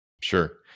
Sure